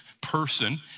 person